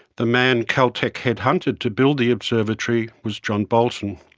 the man caltech headhunted to build the observatory was john bolton.